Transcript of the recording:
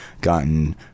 gotten